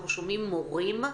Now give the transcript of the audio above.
אנחנו שומעים מורים,